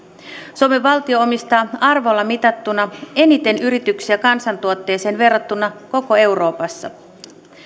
suomen valtio omistaa arvolla mitattuna eniten yrityksiä kansantuotteeseen verrattuna koko euroopassa